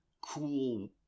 cool